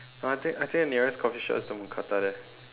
no I think I think the nearest coffee shop is the mookata there